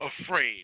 afraid